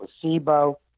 placebo